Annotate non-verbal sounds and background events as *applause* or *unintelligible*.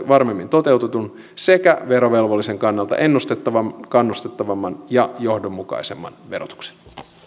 *unintelligible* varmemmin toteutetun sekä verovelvollisen kannalta ennustettavamman kannustettavamman ja johdonmukaisemman verotuksen